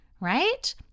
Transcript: right